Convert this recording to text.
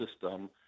system